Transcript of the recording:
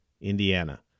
indiana